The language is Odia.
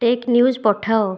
ଟେକ୍ ନ୍ୟୁଜ୍ ପଠାଅ